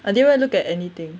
I didn't even look at anything